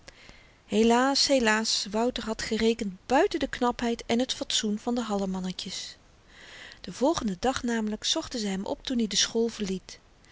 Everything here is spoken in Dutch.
helaas helaas wouter had gerekend buiten de knapheid en t fatsoen van de hallemannetjes den volgenden dag namelyk zochten zy hem op toen i de school verliet